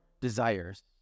desires